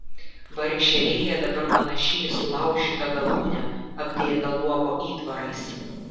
vargšė rėja dabar panaši į sulaužytą galūnę apdėtą luobo įtvarais